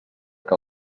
que